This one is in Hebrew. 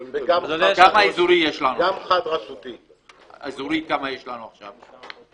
--- אזורי כמה יש לנו עכשיו?